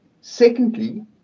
secondly